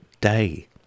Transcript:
day